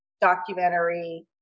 documentary